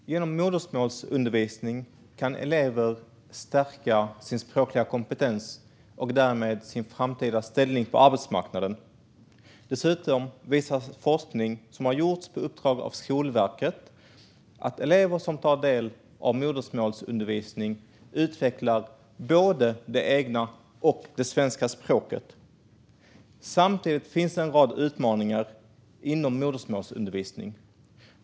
Fru talman! Genom modersmålsundervisning kan elever stärka sin språkliga kompetens och därmed sin framtida ställning på arbetsmarknaden. Dessutom visar forskning som har gjorts på uppdrag av Skolverket att elever som tar del av modersmålsundervisning utvecklar både det egna och det svenska språket. Samtidigt finns det en rad utmaningar inom modersmålsundervisningen.